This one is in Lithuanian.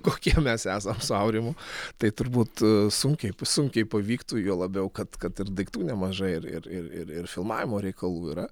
kokie mes esam su aurimu tai turbūt sunkiai p sunkiai pavyktų juo labiau kad kad ir daiktų nemažai ir ir ir ir filmavimo reikalų yra